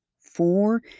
Four